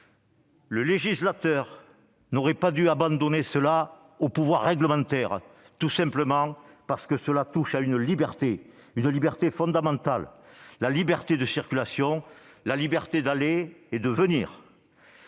Le législateur n'aurait pas dû abandonner ce point au pouvoir réglementaire, tout simplement parce qu'il touche à une liberté fondamentale, la liberté de circulation, la liberté d'aller et venir.